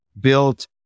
built